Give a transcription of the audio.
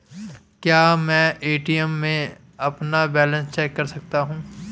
क्या मैं ए.टी.एम में अपना बैलेंस चेक कर सकता हूँ?